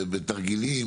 בתרגילים,